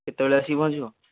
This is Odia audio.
କେତେବେଳେ ଆସିକି ପହଞ୍ଚିବ